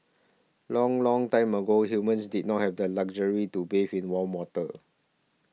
long long time ago humans did not have the luxury to bathe in warm water